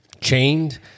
chained